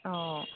औ